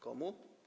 Komu?